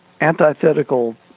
antithetical